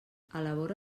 elabora